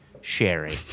sherry